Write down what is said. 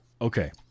okay